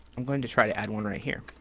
i'm going to try to add one right here.